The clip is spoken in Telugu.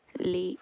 అలీ